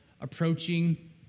approaching